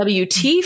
WT